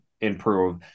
improve